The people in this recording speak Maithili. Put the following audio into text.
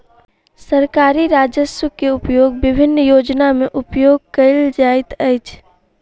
सरकारी राजस्व के उपयोग विभिन्न योजना में उपयोग कयल जाइत अछि